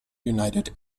united